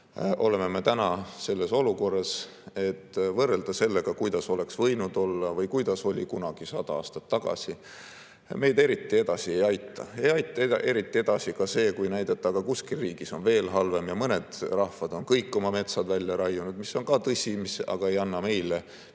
oleme me olukorras, et kui võrrelda sellega, kuidas oleks võinud olla või kuidas oli kunagi 100 aastat tagasi, siis see meid eriti edasi ei aita. Ei aita eriti edasi ka see, kui näidata, et aga kuskil riigis on veel halvem ja mõned rahvad on kõik oma metsad maha raiunud. See on tõsi, aga ei anna meile mitte